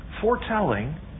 foretelling